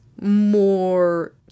more